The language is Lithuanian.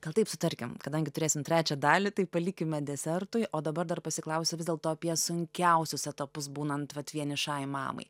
gal taip sutarkim kadangi turėsim trečią dalį tai palikime desertui o dabar dar pasiklausiu vis dėlto apie sunkiausius etapus būnant vat vienišai mamai